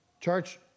Church